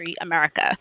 America